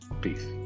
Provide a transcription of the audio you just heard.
Peace